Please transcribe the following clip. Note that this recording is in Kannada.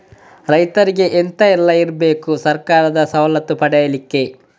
ರೈತರಿಗೆ ಎಂತ ಎಲ್ಲ ಇರ್ಬೇಕು ಸರ್ಕಾರದ ಸವಲತ್ತು ಪಡೆಯಲಿಕ್ಕೆ?